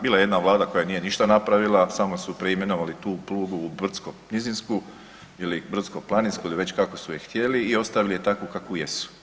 Bila je jedna Vlada koja nije ništa napravila, samo su preimenovali tu prugu u brdsko-nizinsku ili brdsko-planinsku ili već kako su je htjeli i ostavili je takvu kakvu jesu.